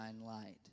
light